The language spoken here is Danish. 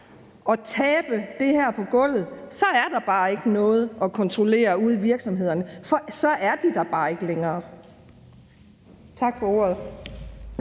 at tabe det her på gulvet. Så er der bare ikke noget at kontrollere ude i virksomhederne, for så er de der bare ikke længere. Tak for ordet.